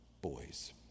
boys